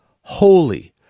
holy